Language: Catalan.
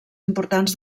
importants